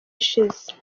ishize